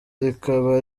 rikaba